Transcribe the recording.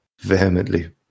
vehemently